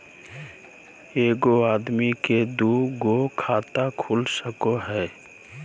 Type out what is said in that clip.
एक आदमी के दू गो खाता खुल सको है?